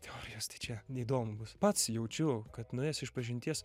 teorijas tai čia neįdomu bus pats jaučiu kad nuėjęs išpažinties